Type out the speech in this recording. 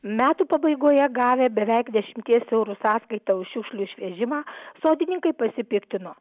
metų pabaigoje gavę beveik dešimties eurų sąskaitą už šiukšlių išvežimą sodininkai pasipiktino